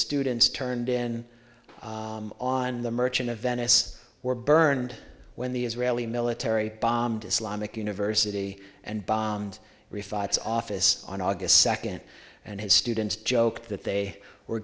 students turned in on the merchant of venice were burned when the israeli military bombed islam ik university and bombed refits office on august second and his students joke that they were